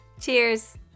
Cheers